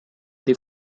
they